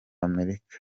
amerika